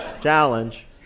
challenge